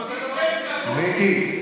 מיקי,